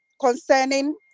concerning